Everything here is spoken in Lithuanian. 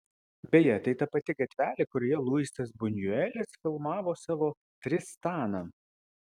beje tai ta pati gatvelė kurioje luisas bunjuelis filmavo savo tristaną